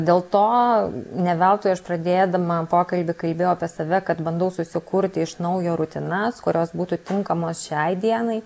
dėl to ne veltui aš pradėdama pokalbį kalbėjau apie save kad bandau susikurti iš naujo rutinas kurios būtų tinkamos šiai dienai